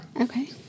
Okay